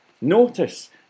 Notice